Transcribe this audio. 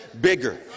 bigger